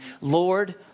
Lord